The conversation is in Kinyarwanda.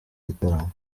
gitaramo